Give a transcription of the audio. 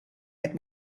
het